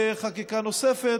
לחקיקה נוספת.